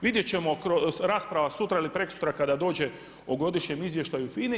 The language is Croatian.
Vidjet ćemo rasprava sutra ili prekosutra kada dođe o Godišnjem izvještaju FINA-e.